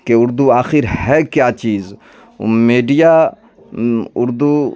کہ اردو آخر ہے کیا چیز میڈیا اردو